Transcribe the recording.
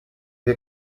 wir